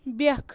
بیٚکھ